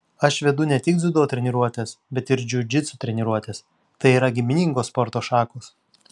aš vedu ne tik dziudo treniruotes bet ir džiudžitsu treniruotes tai yra giminingos sporto šakos